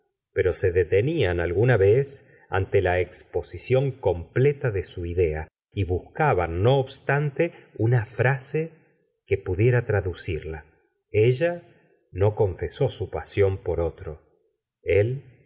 ro se detenían alguna vez arite la exposición com pleta de su idea y buscaban no obstante una frase que pudiera traducirla ella no confesó su pasión por otro él